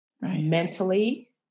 mentally